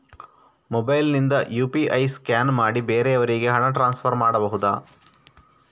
Mobile ನಿಂದ UPI scan ಮಾಡಿ ಬೇರೆಯವರಿಗೆ ಹಣ ಟ್ರಾನ್ಸ್ಫರ್ ಮಾಡಬಹುದ?